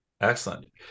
Excellent